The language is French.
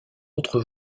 autre